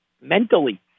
mentally